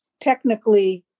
technically